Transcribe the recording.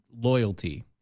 loyalty